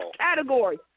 category